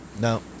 No